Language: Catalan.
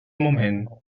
moment